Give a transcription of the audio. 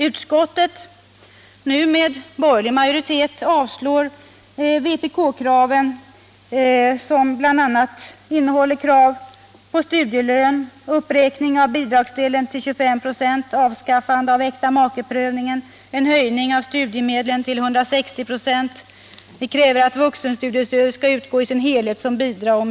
Utskottet, nu med borgerlig majoritet, avstyrker vpk-kraven på bl.a. studielön, uppräkning av bidragsdelen till 25 96, avskaffande av äktamakeprövningen samt en höjning av studiemedlen till 160 96. Vi kräver också att vuxenstudiestödet skall utgå i sin helhet som bidrag.